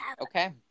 Okay